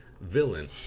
villain